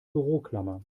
büroklammer